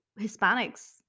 Hispanics